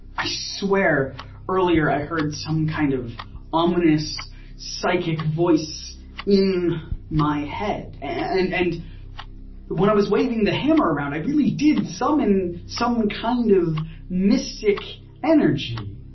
i swear earlier, i heard some kind of ominous psychic voice in my head and and when i was waving the hammer around, i really did summon some kind of mystic energy,